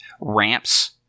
ramps